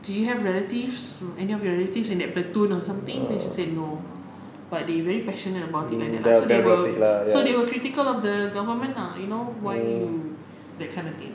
do you have relatives any of your relatives in that platoon or something then she said no but they very passionate about it lah so they were critical of the government ah you know why that kind of thing